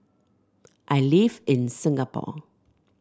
I live in Singapore